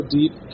deep